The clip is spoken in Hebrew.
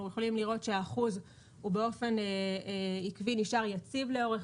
אנחנו יכולים לראות שהאחוז נשאר יציב לאורך